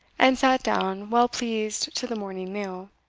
and sate down well pleased to the morning meal.